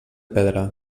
pedra